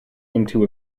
into